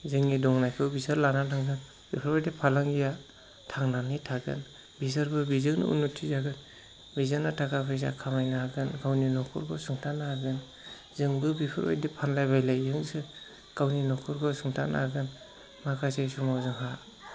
जोंनि दंनायखौ बिसोर लांनानै थांगोन बेफोरबायदि फालांगिया थांनानै थागोन बेसोरबो बेजोंनो उननुथि जागोन बेजोंनो थाखा फैसा खामायनो हागोन गावनि न'खरखौ सुंथानो हागोन जोंबो बेफोरबायदि फानलाय बायलाय जोंसो गावनि न'खरखौ सुंथानो हागोन माखासे समाव जोंहा